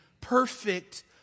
perfect